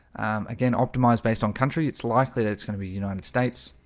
again optimized based on country. it's likely that it's going to be united states